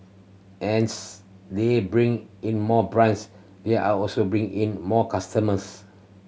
as they bring in more brands they are also bringing in more customers